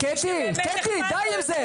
קטי, קטי, די עם זה.